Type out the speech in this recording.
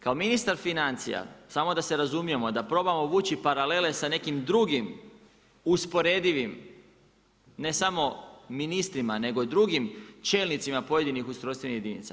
Kao ministar financija samo da se razumijemo, da probamo vući paralele sa nekim drugim usporedivim, ne samo ministrima nego i drugim čelnicima pojedinih ustrojstvenih jedinica.